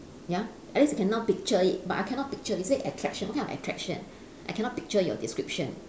ya at least you can now picture it but I cannot picture you say attraction what kind of attraction I cannot picture your description